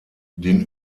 den